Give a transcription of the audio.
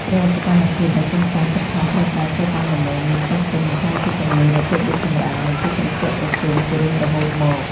រាល់សកម្មភាពដែលកូនចៅខិតខំប្រឹងប្រែងធ្វើតាមដំបូន្មានចាស់ទុំនឹងក្លាយជាពន្លឺនៃភាពរីកចម្រើន និងភាពត្រជាក់ត្រជុំជារៀងរហូតមក។